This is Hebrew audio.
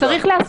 תודה.